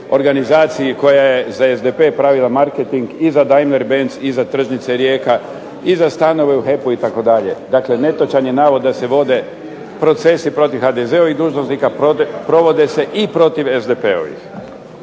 organizaciji koja je za SDP pravila marketing i za Daimler-benz i za Tržnice Rijeka i za stanove u HEP-u itd. Dakle, netočan je navod da se vode procesi protiv HDZ-ovih dužnosnika. Provode se i protiv SDP-ovih.